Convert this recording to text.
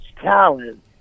talent